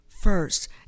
first